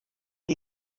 die